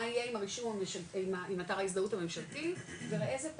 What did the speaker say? מה יהיה עם אתר ההזדהות הממשלתי וראה זה פלא,